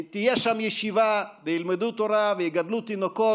תהיה שם ישיבה וילמדו תורה ויגדלו תינוקות.